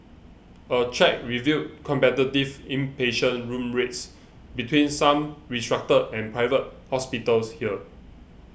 a check revealed competitive inpatient room rates between some restructured and Private Hospitals here